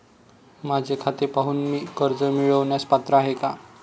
माझे खाते पाहून मी कर्ज मिळवण्यास पात्र आहे काय?